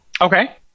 Okay